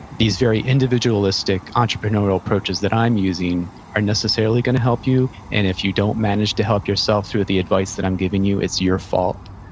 these very individualistic, entrepreneurial approaches that i'm using are necessarily going to help you, and if you don't manage to help yourself through the advice that i'm giving you, it's your fault,